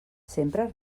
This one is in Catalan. sempre